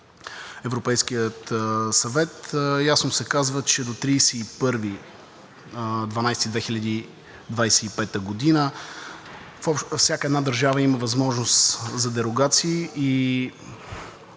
Европейския съвет ясно се казва, че до 31 декември 2025 г. всяка една държава има възможност за дерогации и